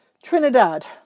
Trinidad